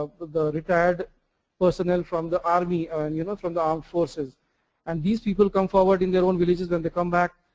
the the retired personnel from the army and you know, from the arm forces and these people come forward in their own villages then they come back.